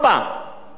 מה קרה עכשיו?